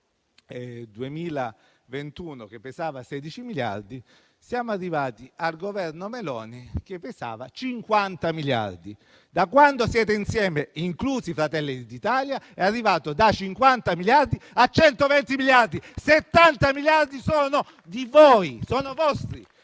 2021, in cui pesava 16 miliardi, siamo arrivati al Governo Meloni che pesava 50 miliardi. Da quando siete insieme, inclusi Fratelli d'Italia, è arrivato da 50 miliardi a 120 miliardi: 70 miliardi sono vostri,